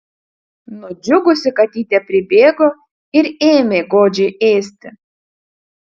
nudžiugusi katytė pribėgo ir ėmė godžiai ėsti